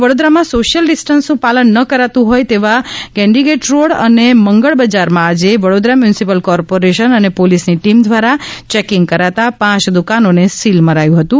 વડોદરામાં સોશીયલ ડીસ્ટનસનું પાલન ન કરાતુ હોય તેવા ગેન્ડીગેટ રોડ અને મંગળ બજારમાં આજે વડોદરા મ્યુનિસિપલ કોર્પોરેશન અને પોલીસની ટીમ દ્વારા ચેકીગ કરાતા પાંચ દુકાનોને સીલ માર્યુ હતુ